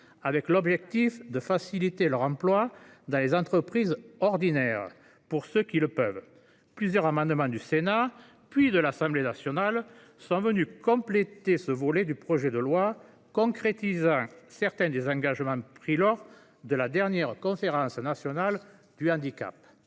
avec l’objectif de faciliter leur emploi dans les entreprises en milieu ordinaire, pour ceux qui le peuvent. Plusieurs amendements du Sénat puis de l’Assemblée nationale ont complété ce volet du projet de loi, concrétisant certains des engagements pris lors de la dernière Conférence nationale du handicap.